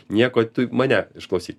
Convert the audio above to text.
nieko tu mane išklausyk